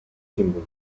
símbolos